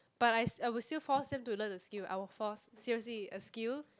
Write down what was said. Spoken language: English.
but I I will still force him to learn the skill I will force seriously as skill